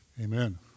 Amen